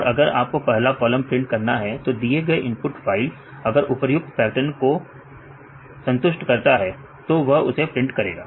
और अगर आपको पहला कॉलम प्रिंट करना है तो दिए गए इनपुट फाइल अगर उपर्युक्त पैटर्न को संतुष्ट करता है तो वह उसे प्रिंटकरेगा